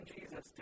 Jesus